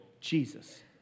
Jesus